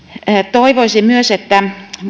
toivoisin myös että